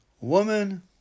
Woman